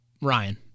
Ryan